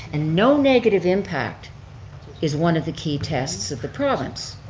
and no negative impact is one of the key tests of the province.